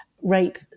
rape